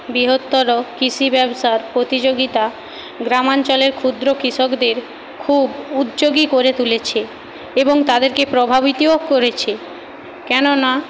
বৃহত্তর কৃষি ব্যবসার প্রতিযোগিতা গ্রামাঞ্চলের ক্ষুদ্র কৃষকদের খুব উদ্যোগী করে তুলেছে এবং তাদেরকে প্রভাবিতও করেছে কেননা